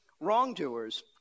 wrongdoers